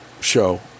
show